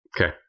Okay